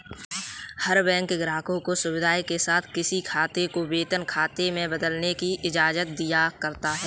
हर bank ग्राहक को सुविधा के साथ किसी खाते को वेतन खाते में बदलने की इजाजत दिया करता है